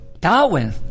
Darwin